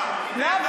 גזען?